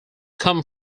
come